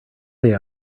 they